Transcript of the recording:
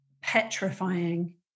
petrifying